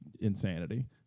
insanity